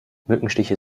mückenstiche